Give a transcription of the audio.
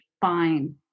fine